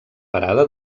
parada